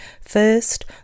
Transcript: First